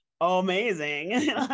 amazing